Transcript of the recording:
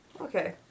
Okay